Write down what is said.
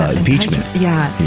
ah impeachment. yeah.